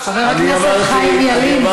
חבר הכנסת חיים ילין,